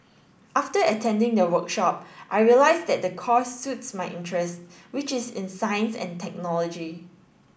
after attending the workshop I realised that the course suits my interest which is in science and technology